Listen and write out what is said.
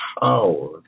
power